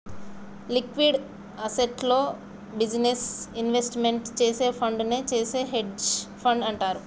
liquid అసెట్స్లో business investment చేసే ఫండునే చేసే హెడ్జ్ ఫండ్ అంటారు